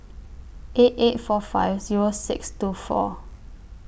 eight eight four five Zero six two four